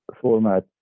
format